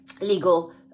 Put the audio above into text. legal